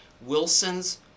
Wilson's